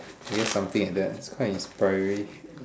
guess something like that it's quite inspiring